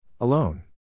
Alone